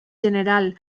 general